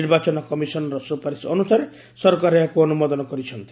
ନିର୍ବାଚନ କମିଶନ୍ ର ସୁପାରିଶ ଅନୁସାରେ ସରକାର ଏହାକୁ ଅନୁମୋଦନ କରିଛନ୍ତି